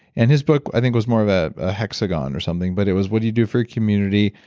and his book i think was more of ah a hexagon or something but it was what do you do for a community.